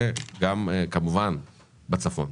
וגם כמובן בצפון,